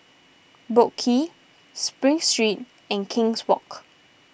Boat Quay Spring Street and King's Walk